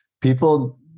people